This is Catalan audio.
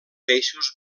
peixos